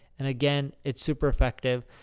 and, again, it's super effective.